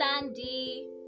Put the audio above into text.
Sandy